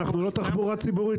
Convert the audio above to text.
אנחנו לא תחבורה ציבורית,